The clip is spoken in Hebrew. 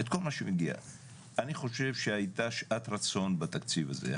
אני חושב שהייתה שעת רצון בתקציב הזה.